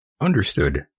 Understood